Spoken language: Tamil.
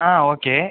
on okay